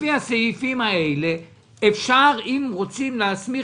לפי הסעיפים האלה אפשר אם רוצים להסמיך